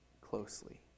closely